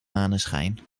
maneschijn